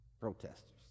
protesters